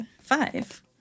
Five